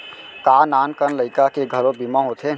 का नान कन लइका के घलो बीमा होथे?